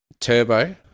Turbo